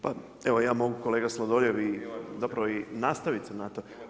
Pa evo ja mogu kolega Sladoljev, zapravo i nastavit se na to.